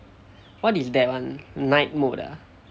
what is that one night mode ah